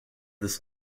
this